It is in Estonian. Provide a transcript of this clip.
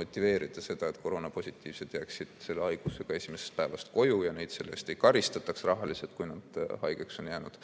motiveerida seda, et koroonapositiivsed jääksid selle haigusega esimesest päevast koju ja neid ei karistataks rahaliselt, kui nad on haigeks jäänud,